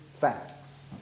facts